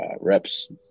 reps